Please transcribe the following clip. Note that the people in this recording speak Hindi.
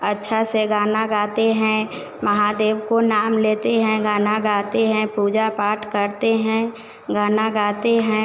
अच्छे से गाना गाते हैं महादेव का नाम लेते हैं गाना गाते हैं पूजा पाठ करते हैं गाना गाते हैं